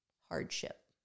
hardship